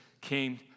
came